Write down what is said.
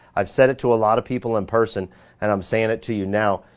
i've said it to a lot of people in person and i'm saying it to you now,